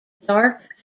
dark